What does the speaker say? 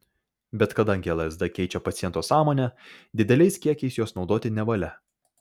bet kadangi lsd keičia paciento sąmonę dideliais kiekiais jos naudoti nevalia